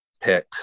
pick